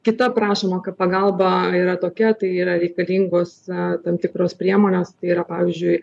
kita prašoma kad pagalba yra tokia tai yra reikalingos tam tikros priemonės tai yra pavyzdžiui